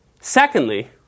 secondly